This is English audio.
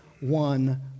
one